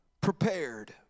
prepared